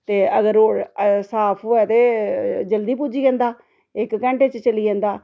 ते अगर रोड साफ़ होऐ ते जल्दी पुज्जी जंदा इक घैंटे च चली जंदा